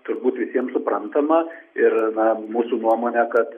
turbūt visiem suprantama ir na mūsų nuomone kad